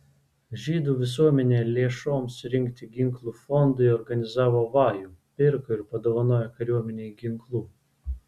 žydų visuomenė lėšoms rinkti ginklų fondui organizavo vajų pirko ir padovanojo kariuomenei ginklų